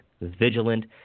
vigilant